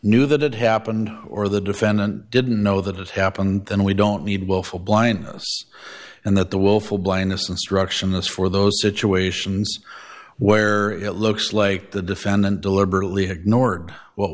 knew that it happened or the defendant didn't know that it happened then we don't need willful blindness and that the willful blindness instruction this for those situations where it looks like the defendant deliberately ignored what